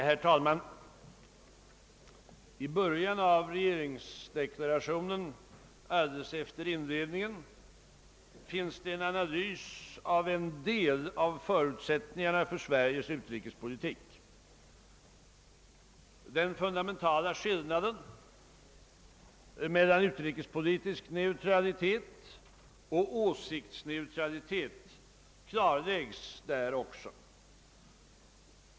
Herr talman! I början av regeringsdeklarationen alldeles efter inledningen finns det en analys av en del av förutsättningarna för Sveriges utrikespolitik. Den fundamentala skillnaden mellan — utrikespolitisk neutralitet och åsiktsneutralitet klarläggs där också.